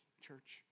church